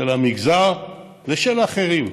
של המגזר ושל אחרים,